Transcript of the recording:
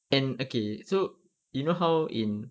and okay so you know how in